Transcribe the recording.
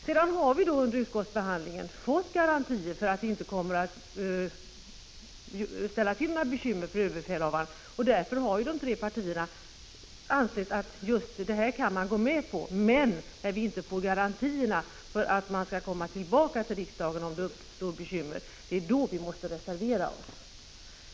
Sedan har vi under utskottbehandlingen fått garantier för att det inte kommer att ställa till några bekymmer för överbefälhavaren, och därför har de tre partierna ansett att just detta kan man gå med på. Men när vi inte får garantier för att regeringen skall komma tillbaka till riksdagen, om det uppstår bekymmer, måste vi reservera OSS.